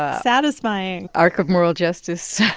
ah satisfying. arc of moral justice.